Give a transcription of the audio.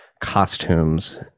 Costumes